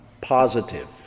positive